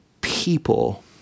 people